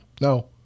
no